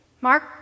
Mark